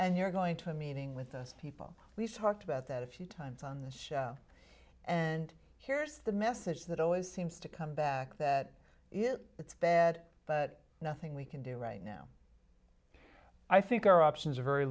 and you're going to meeting with us people we've talked about that a few times on this show and here's the message that always seems to come back that is it's bad but nothing we can do right now i think our options are very